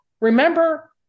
remember